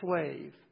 slave